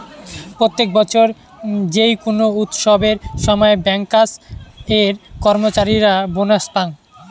প্রত্যেক বছর যেই কোনো উৎসবের সময় ব্যাংকার্স এর কর্মচারীরা বোনাস পাঙ